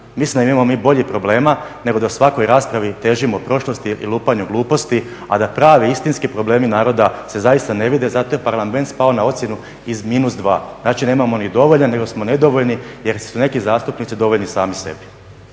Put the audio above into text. Mislim da imamo mi boljih problema nego da u svakoj raspravi težimo prošlosti i lupanju gluposti a da pravi, istinski problemi naroda se zaista ne vide zato je Parlament spao na ocjenu iz -2, znači nemamo ni dovoljan nego smo nedovoljni jer su neki zastupnici dovoljni sami sebi.